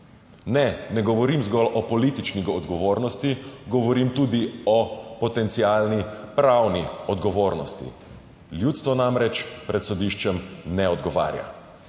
Ne, ne govorim zgolj o politični odgovornosti, govorim tudi o potencialni pravni odgovornosti. Ljudstvo namreč pred sodiščem ne odgovarja.